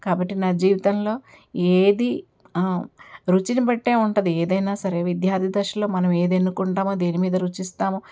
కాబట్టి నా జీవితంలో ఏది రుచిని బట్టే ఉంటుంది ఏదైనా సరే విద్యార్థి దశలో మనం ఏది ఎన్నుకుంటామో దేనిమీద రుచిస్తామో